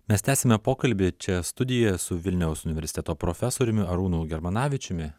mes tęsiame pokalbį čia studijoj su vilniaus universiteto profesoriumi arūnu germanavičiumi